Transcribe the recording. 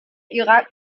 irak